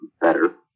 Better